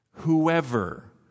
Whoever